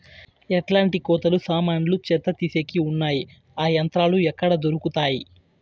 ఎట్లాంటి కోతలు సామాన్లు చెత్త తీసేకి వున్నాయి? ఆ యంత్రాలు ఎక్కడ దొరుకుతాయి?